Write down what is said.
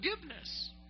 forgiveness